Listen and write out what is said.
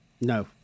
No